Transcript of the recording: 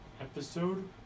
episode